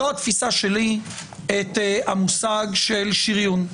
זו התפיסה שלי את המושג של שריון.